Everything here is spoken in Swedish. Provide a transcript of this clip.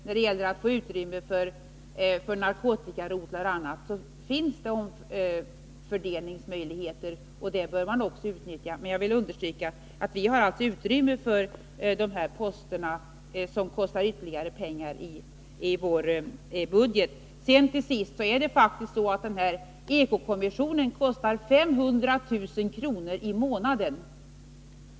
När det gäller att få utrymme för narkotikarotlar och annat finns det omfördelningsmöjligheter. Detta bör man också utnyttja. Men jag vill understryka att vi har utrymme för de poster som kostar ytterligare pengar i vår budget. Till sist vill jag säga att eko-kommissionen faktiskt kostar 500 000 kr. i månaden.